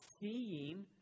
seeing